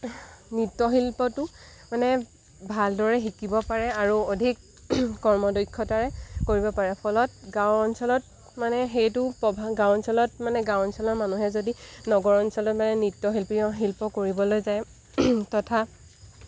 নৃত্যশিল্পটো মানে ভালদৰে শিকিব পাৰে আৰু অধিক কৰ্মদক্ষতাৰে কৰিব পাৰে ফলত গাঁও অঞ্চলত মানে সেইটো প্ৰভাৱ গাঁও অঞ্চলত মানে গাঁও অঞ্চলৰ মানুহে যদি নগৰ অঞ্চলৰ মানে নৃত্যশিল্পী শিল্প কৰিবলৈ যায় তথা